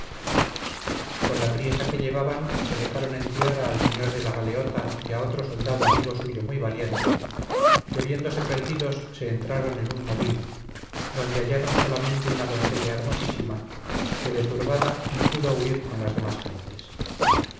con la priesa que llevaban se dejaron en tierra al señor de la galeota y a otro soldado amigo suyo muy valiente que viéndose perdidos se entraron en un molino donde hallaron solamente una doncella hermosísima que de turbada no pudo huir con las demás gentes